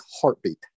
heartbeat